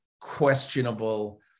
questionable